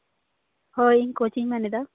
ᱦᱳᱭ ᱤᱧ ᱠᱳᱪᱤᱧ ᱢᱮᱱᱮᱫᱟ